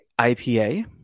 IPA